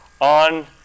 on